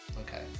Okay